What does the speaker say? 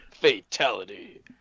Fatality